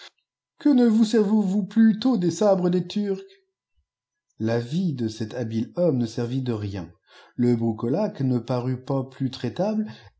que ne vous servez vous plutôt des sabres des turcs l'avis de cet habile homme ne setvit de rien le broucolaque ne parut pas plus traitable